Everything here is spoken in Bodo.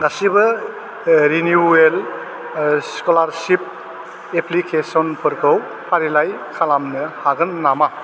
गासिबो रिनिवेल स्क'लारशिप एप्लिकेशनफोरखौ फारिलाइ खालामनो हागोन नामा